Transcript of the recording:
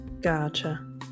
Gotcha